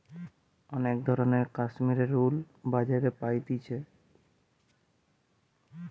অনেক ধরণের কাশ্মীরের উল বাজারে পাওয়া যাইতেছে